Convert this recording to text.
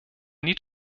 need